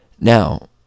now